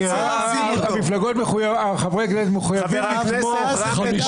חברי הכנסת מחויבים לתמוך --- חבר הכנסת רם בן ברק.